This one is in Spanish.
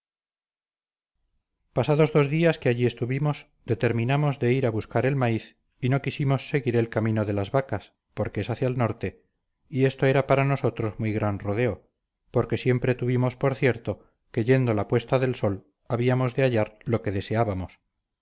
pasados dos días que allí estuvimos determinamos de ir a buscar el maíz y no quisimos seguir el camino de las vacas porque es hacia el norte y esto era para nosotros muy gran rodeo porque siempre tuvimos por cierto que yendo la puesta de sol habíamos de hallar lo que deseábamos